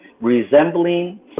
resembling